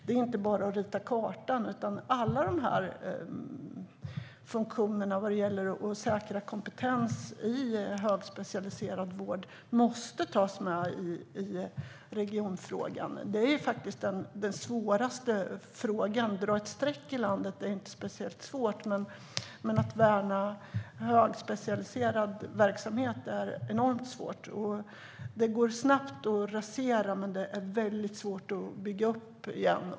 Det är inte bara att rita om kartan, utan alla funktioner när det gäller att säkra kompetens i högspecialiserad vård måste tas med i regionfrågan. Det är faktiskt den svåraste frågan. Att dra ett streck i landet är inte särskilt svårt, men att värna högspecialiserad verksamhet är enormt svårt. Det går snabbt att rasera, men det är väldigt svårt att bygga upp igen.